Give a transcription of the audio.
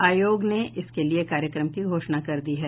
आयोग ने इसके लिए कार्यक्रम की घोषणा कर दी है